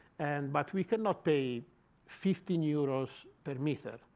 and but we could not pay fifteen euros per meter.